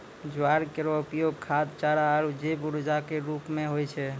ज्वार केरो उपयोग खाद्य, चारा आरु जैव ऊर्जा क रूप म होय छै